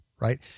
Right